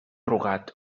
rugat